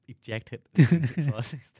ejected